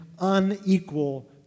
unequal